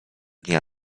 dnia